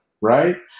right